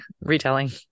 retelling